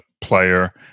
player